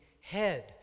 head